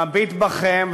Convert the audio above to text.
מביט בכם,